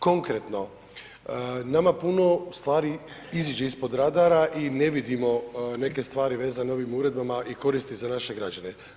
Konkretno, nama puno stvari iziđe ispod radara i ne vidimo neke stvari vezano ovim uredbama i koristi za naše građane.